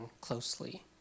closely